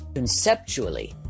conceptually